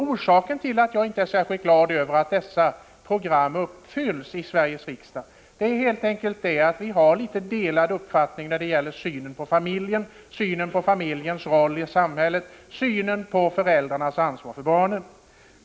Orsaken till att jag inte är särskilt glad över att detta program förverkligas genom beslut i Sveriges riksdag är helt enkelt att vi har litet skilda uppfattningar när det gäller synen på familjen, familjens roll i samhället, föräldrarnas ansvar för barnen.